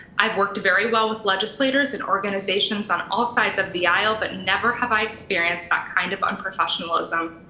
i've worked very well with legislators and organizations on all sides of the aisle, but never have i experienced that kind of unprofessionalism.